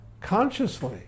consciously